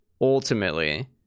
ultimately